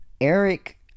Eric